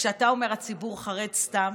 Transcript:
כשאתה אומר שהציבור חרד סתם,